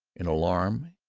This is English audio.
in alarm,